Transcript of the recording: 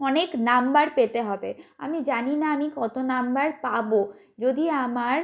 অনেক নম্বর পেতে হবে আমি জানি না আমি কত নম্বর পাব যদি আমার